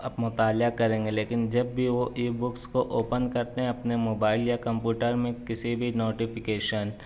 اب مطالعہ کریں گے لیکن جب بھی وہ ای بکس کو اوپن کرتے ہیں اپنے موبائل یا کمپیوٹر میں کسی بھی نوٹیفیکیشن